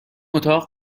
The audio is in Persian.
اتاق